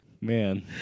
Man